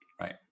right